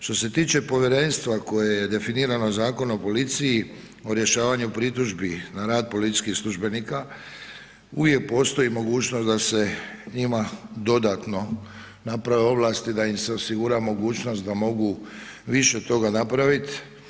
Što se tiče povjerenstva koje je definirano Zakonom o policiji o rješavanju pritužbi na rad policijskih službenika, uvijek postoji mogućnost da se ima dodatno naprave ovlasti da im se osigura mogućnost da mogu više toga napravit.